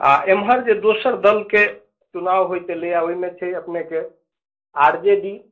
आ एम्हर जे दोसर दलके चुनाव होइत एलैए ओहिमे छै अपनेके आर जे डी